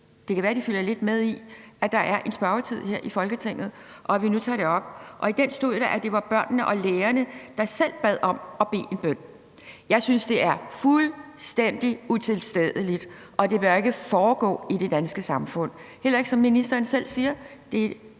Det kan være, at de følger lidt med i, at der er en spørgetid her i Folketinget, og at vi nu tager det op. I den video stod der, at det var børnene og lærerne, der selv bad om at bede en bøn. Jeg synes, det er fuldstændig utilstedeligt, og det bør ikke foregå i det danske samfund, som ministeren selv siger.